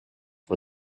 for